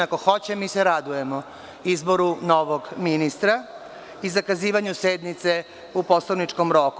Ako hoće, mi se radujemo izboru novog ministra i zakazivanju sednice u poslovničkom roku.